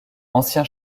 ancien